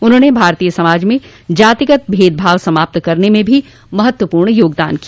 उन्होंने भारतीय समाज में जातिगत भेदभाव समाप्त करने में भी महत्वपूर्ण योगदान किया